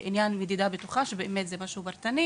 אכן מדובר בתהליך שצריך לקרות באופן פרטני